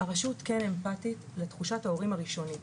הראשות כן אמפטית לתחושת ההורים הראשונית.